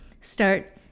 start